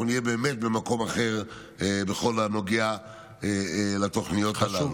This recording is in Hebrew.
נהיה במקום אחר בכל הנוגע לתוכניות הללו.